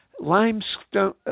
Limestone